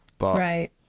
Right